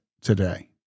today